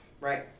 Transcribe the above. right